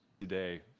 today